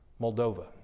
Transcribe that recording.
Moldova